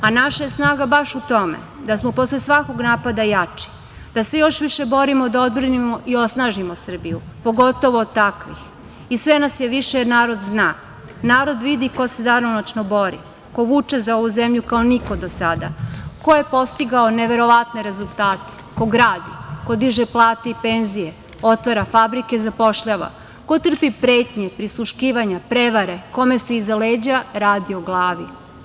Naša je snaga baš u tome da smo posle svakog napada jači, da se još više borimo da odbrani i osnažimo Srbiju, pogotovo od takvih i sve nas je više, jer narod zna, narod vidi ko se danonoćno bori, ko vuče za ovu zemlju kao niko do sada, ko je postigao neverovatne rezultate, ko gradi, ko diže plate i penzije, otvara fabrike, zapošljava, ko trpi pretnje, prisluškivanja, prevare, kome se iza leđa radi o glavi.